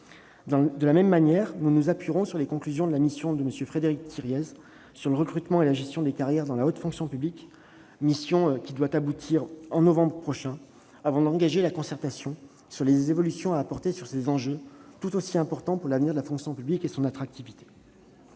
De la même manière, nous nous appuierons sur les conclusions de la mission de M. Frédéric Thiriez sur le recrutement et la gestion des carrières dans la haute fonction publique, prévues pour novembre prochain, avant d'engager la concertation sur les évolutions à apporter, ces enjeux étant aussi très importants pour l'avenir et l'attractivité